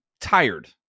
tired